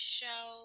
show